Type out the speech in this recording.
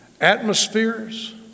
atmospheres